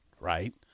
right